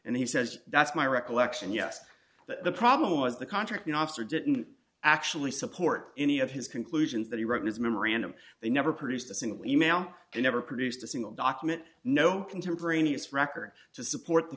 and he says that's my recollection yes but the problem was the contracting officer didn't actually support any of his conclusions that he wrote his memorandum they never produced a single email and never produced a single document known contemporaneous record to support the